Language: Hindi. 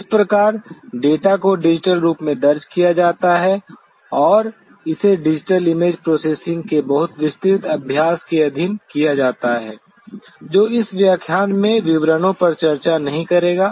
इस प्रकार डेटा को डिजिटल रूप में दर्ज किया जाता है और इसे डिजिटल इमेज प्रोसेसिंग के बहुत विस्तृत अभ्यास के अधीन किया जाता है जो इस व्याख्यान में विवरणों पर चर्चा नहीं करेगा